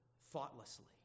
thoughtlessly